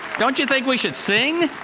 don't you think we should sing?